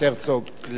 אדוני היושב-ראש,